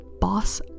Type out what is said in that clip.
boss